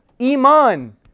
Iman